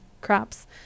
crops